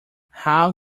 how